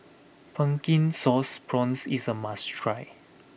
Pumpkin Sauce Prawns is a must try